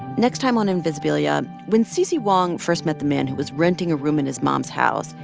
next time on invisibilia, when cici wong first met the man who was renting a room in his mom's house,